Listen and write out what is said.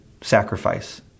sacrifice